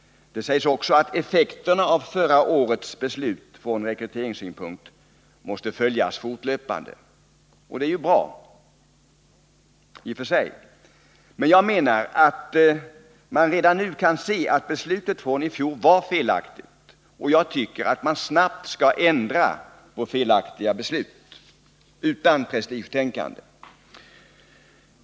Det sägs vidare att effekterna av förra årets beslut från rekryteringssynpunkt måste följas fortlöpande. Detta är i och för sig bra. Jag menar emellertid att man redan nu kan se att beslutet från i fjol var felaktigt, och jag tycker att man snabbt skall ändra på felaktiga beslut utan prestigetänkande.